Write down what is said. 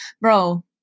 Bro